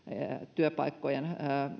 työpaikkojen